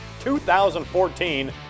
2014